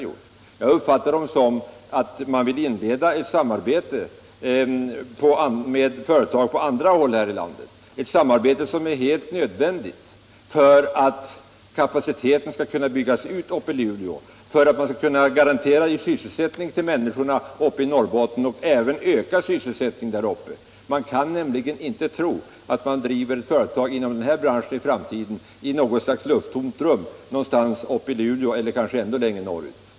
Jag uppfattade dem som att man vill inleda ett samarbete med olika företag inom branschen på andra håll här i landet, ett samarbete som är helt nödvändigt för att kapaciteten skall kunna byggas ut uppe i Luleå och för att man skall kunna garantera sysselsättning åt människorna i Norrbotten och även öka den. Man skall nämligen inte tro att det i framtiden går att driva ett storföretag i den här branschen i något slags lufttomt rum uppe i Luleå eller kanske ännu längre norrut.